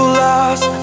lost